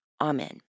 Amen